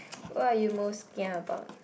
what are you most kia about